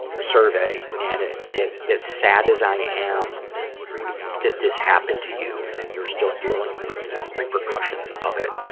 survey. and it, it, as sad as i am that this happened to you and that you're still dealing with the repercussions of it,